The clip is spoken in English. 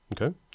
Okay